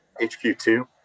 HQ2